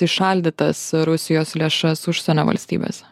įšaldytas rusijos lėšas užsienio valstybėse